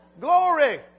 Glory